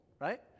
right